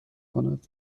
کند